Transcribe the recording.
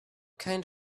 kind